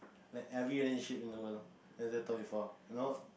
like every relationship in the world has that talk before you know